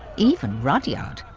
even rudyard.